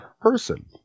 person